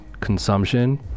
consumption